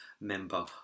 member